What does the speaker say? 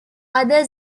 other